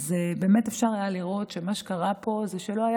באמת אפשר היה לראות שמה שקרה פה הוא שלא היה